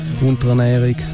Unterernährung